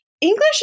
English